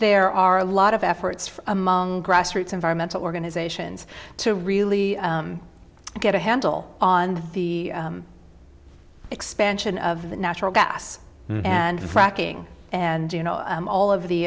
there are a lot of efforts among grassroots environmental organizations to really get a handle on the expansion of the natural gas and fracking and you know all of the